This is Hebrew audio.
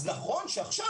אז נכון שעכשיו,